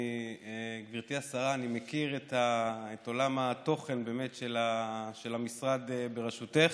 מכיר את עולם התוכן של המשרד בראשותך,